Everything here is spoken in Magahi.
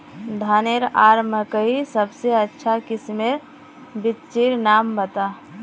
धानेर आर मकई सबसे अच्छा किस्मेर बिच्चिर नाम बता?